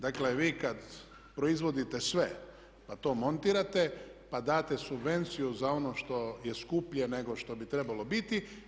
Dakle, vi kad proizvodite sve, pa to montirate, pa date subvenciju za ono što je skuplje nego što bi trebalo biti.